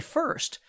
first